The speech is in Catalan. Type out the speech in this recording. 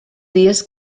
dies